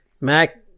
Mac